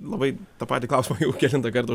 labai tą patį klausimą jau kelintą kartą